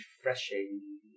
refreshing